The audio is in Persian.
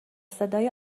صدای